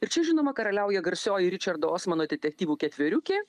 ir čia žinoma karaliauja garsioji ričardo osmano detektyvų ketveriukė